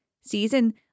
season